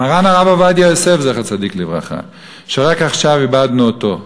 מרן הרב עובדיה יוסף זצ"ל, שרק עכשיו איבדנו אותו,